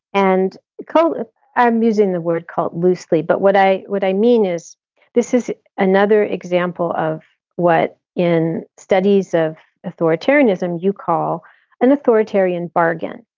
and call it um using the word cult loosely. but what i would i mean is this is another example of what in studies of authoritarianism you call an authoritarian bargain.